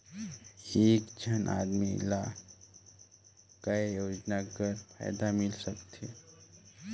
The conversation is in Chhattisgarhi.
एक झन आदमी ला काय योजना कर फायदा मिल सकथे?